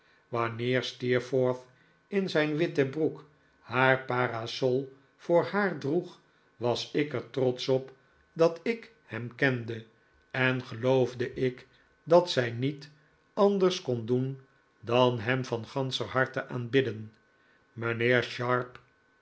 wanneer steerforth in zijn witte broek haar parasol voor haar droeg was ik er trots op dat ik ik moet verhalen doen hem kende en geloofde ik dat zij niet anders kon doen dan hem van ganscher harte aanbidden mijnheer sharp